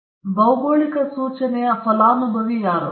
speaker 2 ಈ ಭೌಗೋಳಿಕ ಸೂಚನೆಯ ಫಲಾನುಭವಿ ಯಾರು